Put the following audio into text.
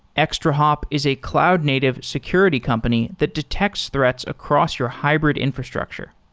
extrahop is a cloud-native security company that detects threats across your hybrid infrastructure.